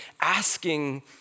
asking